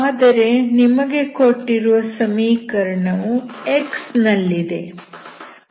ಆದರೆ ನಿಮಗೆ ಕೊಟ್ಟಿರುವ ಸಮೀಕರಣವು x ನಲ್ಲಿದೆ